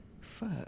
Fuck